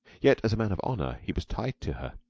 yet, as a man of honor, he was tied to her.